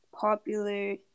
popular